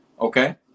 okay